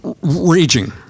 raging